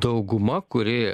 dauguma kuri